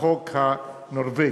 החוק הנורבגי.